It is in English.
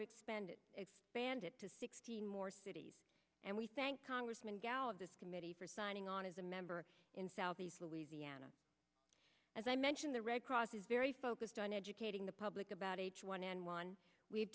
expand expanded to sixty more cities and we thank congressman gal of the committee for signing on as a member in southeast louisiana as i mentioned the red cross is very focused on educating the public about h one n one we